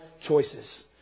choices